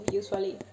usually